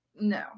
No